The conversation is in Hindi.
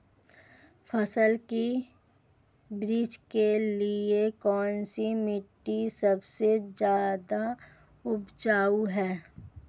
फसल की वृद्धि के लिए कौनसी मिट्टी सबसे ज्यादा उपजाऊ है?